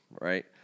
right